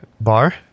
bar